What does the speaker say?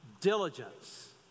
Diligence